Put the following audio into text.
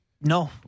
No